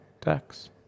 tax